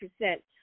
percent